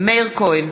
מאיר כהן,